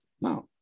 Now